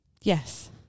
Yes